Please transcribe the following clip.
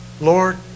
Lord